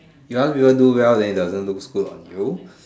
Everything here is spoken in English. you ask people do well then it doesn't looks good on you